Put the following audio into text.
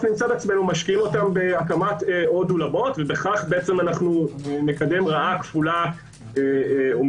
נמצא עצמנו משקיעים אותם בהקמת עוד אולמות ובכך נקדם רעה כפולה ומכופלת.